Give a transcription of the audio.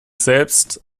selbst